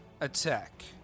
attack